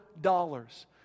dollars